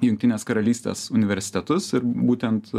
jungtinės karalystės universitetus ir būtent